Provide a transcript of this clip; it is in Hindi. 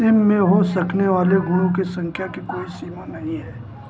सिम में हो सकने वाले गुणों की सँख्या की कोई सीमा नहीं है